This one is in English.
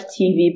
TV